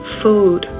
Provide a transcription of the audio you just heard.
food